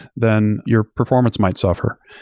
then your performance might suffer.